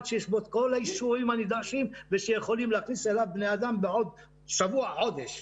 ויש את כל האישורים הנדרשים ואפשר להכניס אליו בני אדם בעוד שבוע או חודש.